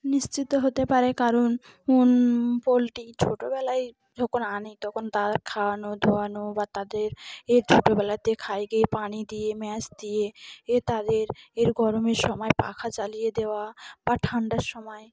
নিশ্চিত হতে পারে কারণ পোলট্রি ছোটোবেলায় যখন আনি তখন তারা খাওয়ানো ধোয়ানো বা তাদের এর ছোটোবেলাতে খাইয়ে পানি দিয়ে ম্যাচ দিয়ে এ তাদের এর গরমের সময় পাখা চালিয়ে দেওয়া বা ঠান্ডার সময়